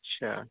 اچھا